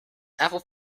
apple